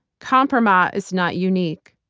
kompromat is not unique.